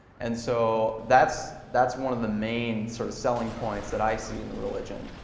and so that's that's one of the main sort of selling points that i see in the religion.